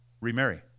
remarry